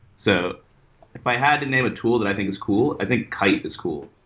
so if i had to name a tool that i think is cool, i think kite is cool.